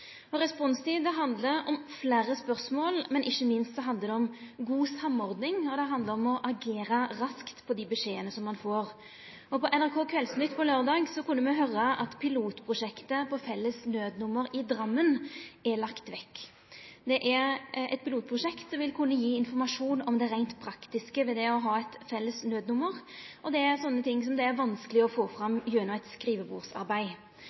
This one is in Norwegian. responstid handlar ikkje minst om god samordning, og det handlar om å agera raskt på dei beskjedane ein får. På NRK Kveldsnytt på laurdag kunne me høyra at pilotprosjektet om felles nødnummer i Drammen er lagt vekk. Det er eit pilotprosjekt som vil kunne gje informasjon om det reint praktiske ved det å ha eit felles nødnummer. Det er slike ting det er vanskeleg å få fram gjennom skrivebordsarbeid.